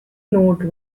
note